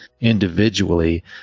individually